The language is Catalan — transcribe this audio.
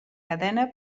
cadena